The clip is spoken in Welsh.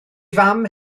fam